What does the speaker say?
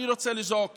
אני רוצה לזעוק